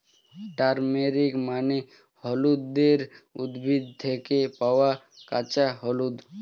turmeric মানে হলুদের উদ্ভিদ থেকে পাওয়া কাঁচা হলুদ